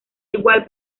igual